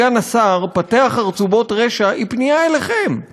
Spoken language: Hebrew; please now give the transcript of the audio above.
מה שהציע חברי חבר הכנסת שמולי זה המהלך הראשון,